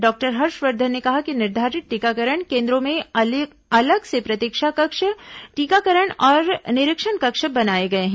doctor Harsh Vardhan ने कहा कि निर्धारित टीकाकरण केंद्रों में अलग से प्रतीक्षा कक्ष टीकाकरण और निरीक्षण कक्ष बनाए गए हैं